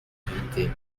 utilité